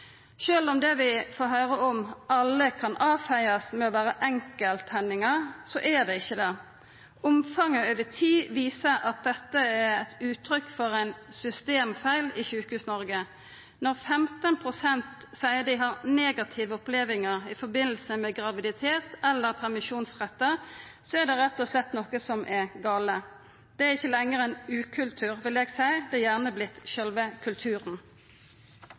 det er enkelthendingar, er det ikkje det. Omfanget over tid viser at dette er eit uttrykk for ein systemfeil i Sjukehus-Noreg. Når 15 pst. seier dei har negative opplevingar i samband med graviditet eller permisjonsrettar, er det rett og slett noko som er gale. Det er ikkje lenger ein ukultur, vil eg seia. Det har gjerne vorte sjølve kulturen.